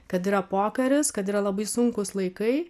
kad yra pokaris kad yra labai sunkūs laikai